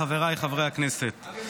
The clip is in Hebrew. חבריי חברי הכנסת,